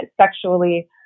sexually